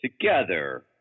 together